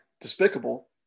despicable